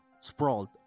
sprawled